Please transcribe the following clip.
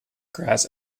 grass